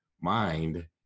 mind